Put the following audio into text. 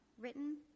written